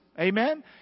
Amen